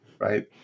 Right